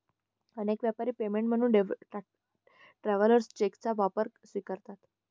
अनेक व्यापारी पेमेंट म्हणून ट्रॅव्हलर्स चेकचा वापर स्वीकारतात